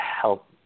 help